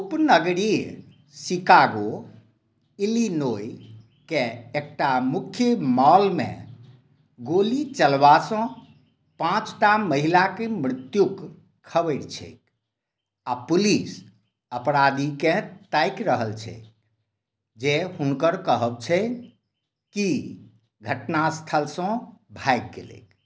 उपनगरीय Chicago Illinois के एकटा मुख्य मॉलमे गोली चलबासँ पाँचटा महिलाके मृत्युक खबरि छैक आओर पुलिस अपराधीकेँ ताकि रहल छै जे हुनकर कहब छन्हि कि घटनास्थलसँ भागि गेलैक